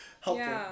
helpful